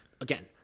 again